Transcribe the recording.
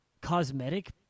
cosmetic